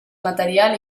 material